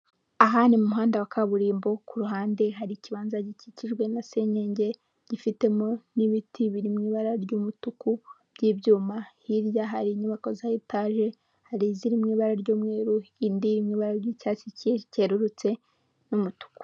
Aha ni m'umuhanda wa kaburimbo, ku ruhande hari ikibanza gikikijwe na senyenge gifitemo n'ibiti biri mw'ibara ry'umutuku by'ibyuma, hirya hari inyubako za etaje, hari iziri mw'ibara ry'umweru indi iri mw'ibara ry'icyatsi cyerurutse n'umutuku.